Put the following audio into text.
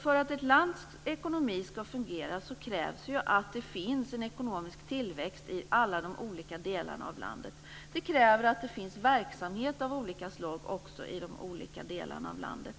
För att ett lands ekonomi ska fungera krävs ju att det finns en ekonomisk tillväxt i alla de olika delarna av landet. Det krävs att det finns verksamhet av olika slag också i de olika delarna av landet.